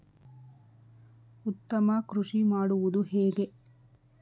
ಉತ್ತಮ ಕೃಷಿ ಮಾಡುವುದು ಹೇಗೆ?